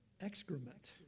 excrement